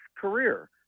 career